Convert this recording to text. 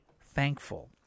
thankful